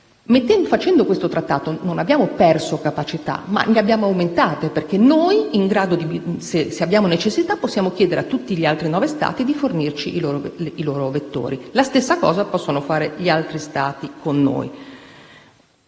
Firmando questo Trattato non abbiamo perso capacità, ma le abbiamo aumentate, perché se avremo la necessità, potremo chiedere a tutti gli altri Stati firmatari di fornirci i loro vettori e la stessa cosa possono fare gli altri Stati nei